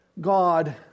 God